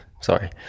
sorry